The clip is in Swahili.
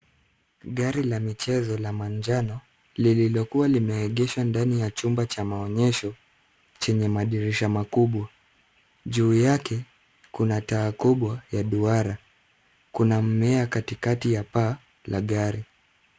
Gari la michezo la manjano, liililokuwa limeegeshwa ndani ya chumba cha maonyesho chenye madirisha makubwa. Juu yake kuna taa kubwa ya duara. Kuna mmea katikati ya paa la gari.